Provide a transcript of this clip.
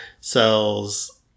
sells